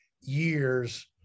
years